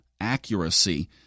accuracy